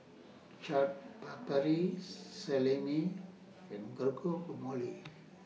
Chaat Papri Salami and Guacamole